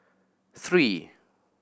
three